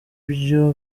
byo